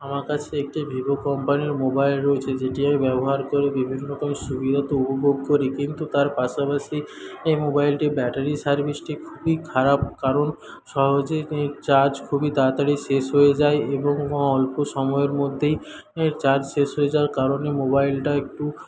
আমার কাছে একটি ভিভো কোম্পানির মোবাইল রয়েছে যেটি আমি ব্যবহার করে বিভিন্ন রকমের সুবিধা তো উপভোগ করি কিন্তু তার পাশাপাশি এই মোবাইলটির ব্যাটারি সার্ভিসটি খুবই খারাপ কারণ সহজেই চার্জ খুবই তাড়াতাড়ি শেষ হয়ে যায় এবং অল্প সময়ের মধ্যেই চার্জ শেষ হয়ে যাওয়ার কারণে মোবাইলটা একটু